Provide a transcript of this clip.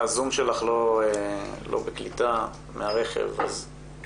הזום שלך לא בקליטה אז סליחה.